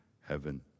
heaven